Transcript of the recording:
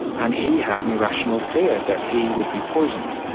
and he had an irrational fear that he would be poisoned.